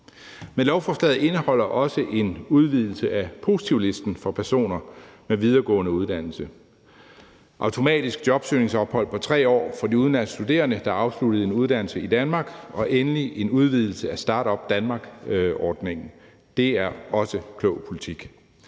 Men lovforslaget indeholder også en udvidelse af positivlisten for personer med videregående uddannelse, automatisk jobsøgningsophold på 3 år for de udenlandske studerende, der afslutter en uddannelse i Danmark, og endelig en udvidelse af Startup Denmark-ordningen. Det er også klog politik.